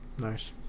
Nice